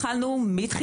אני חייב למחות.